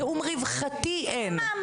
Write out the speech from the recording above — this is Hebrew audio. תיאום רווחתי אין.